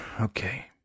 Okay